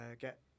get